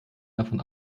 davon